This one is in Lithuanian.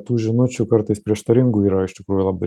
tų žinučių kartais prieštaringų yra iš tikrųjų labai